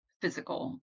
physical